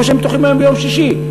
כמו שהם פתוחים היום ביום שישי,